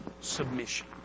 submission